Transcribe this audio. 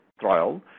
trial